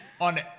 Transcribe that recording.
on